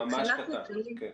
ממש קטן, כן.